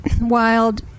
Wild